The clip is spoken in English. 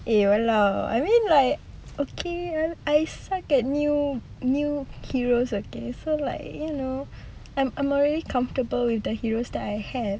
eh !walao! I mean like okay I suck at new new heroes okay so like you know I'm I'm already comfortable with the heroes that I have